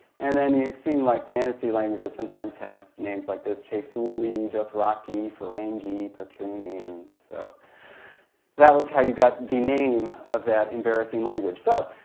and then you've seen, like fantasy languages sometimes have names like this cheysuli, dothraki, ferengi, pakuni. and so that was how you got the name of that embarrassing language. so